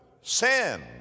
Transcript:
sin